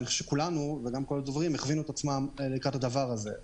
כולנו, גם הדוברים, הכוונו עצמנו לקראת זה.